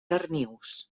darnius